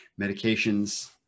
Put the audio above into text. Medications